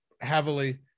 heavily